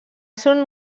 ser